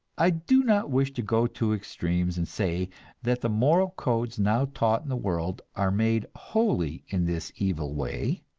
i do not wish to go to extremes and say that the moral codes now taught in the world are made wholly in this evil way.